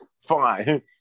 Fine